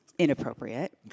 Inappropriate